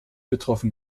betroffen